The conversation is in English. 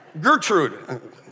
Gertrude